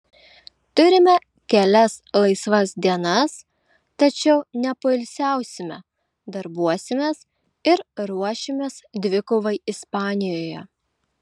turime kelias laisvas dienas tačiau nepoilsiausime darbuosimės ir ruošimės dvikovai ispanijoje